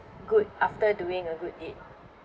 good after doing a good deed